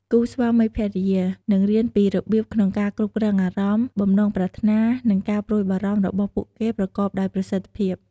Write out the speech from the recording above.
គូស្វាមីភរិយា នឹងរៀនពីរបៀបក្នុងការគ្រប់គ្រងអារម្មណ៍ បំណងប្រាថ្នា និងការព្រួយបារម្ភរបស់ពួកគេប្រកបដោយប្រសិទ្ធភាព។